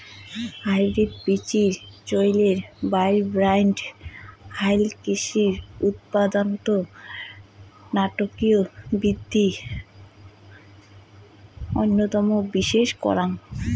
hybrid বীচির চইলের বাড়বাড়ন্ত হালকৃষি উৎপাদনত নাটকীয় বিদ্ধি অইন্যতম বিশেষ কারণ